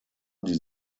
die